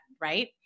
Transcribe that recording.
right